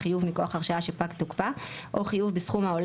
חיוב מכוח הרשאה שפג תוקפה או חיוב בסכום העולה